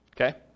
okay